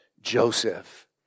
Joseph